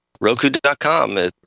Roku.com